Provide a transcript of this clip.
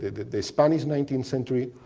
the spanish nineteenth century.